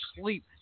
sleep